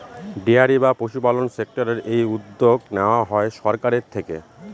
dairy বা পশুপালন সেক্টরের এই উদ্যোগ নেওয়া হয় সরকারের থেকে